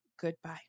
Goodbye